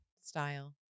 style